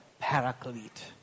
paraclete